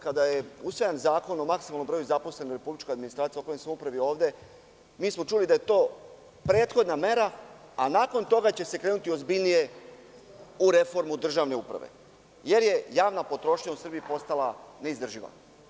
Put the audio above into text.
Kada je usvojen zakon o maksimalnom broju zaposlenih u republičkoj administraciji, lokalnoj samoupravi ovde, mi smo čuli da je to prethodna mera, a nakon toga će se krenuti ozbiljnije u reformu državne uprave, jer je javna potrošnja u Srbiji postala neizdrživa.